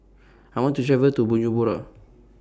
I want to travel to Bujumbura